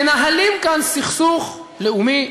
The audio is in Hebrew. מנהלים כאן סכסוך לאומי,